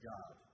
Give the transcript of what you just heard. God